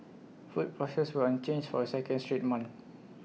food prices were unchanged for A second straight month